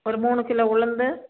ஒரு மூணு கிலோ உளுந்து